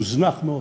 הוא הוזנח מאוד.